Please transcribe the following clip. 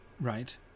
right